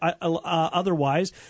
otherwise